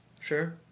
Sure